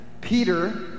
Peter